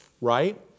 right